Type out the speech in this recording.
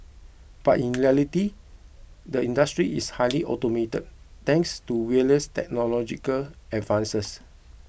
but in reality the industry is highly automated thanks to various technological advances